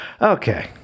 Okay